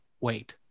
wait